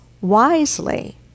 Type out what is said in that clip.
wisely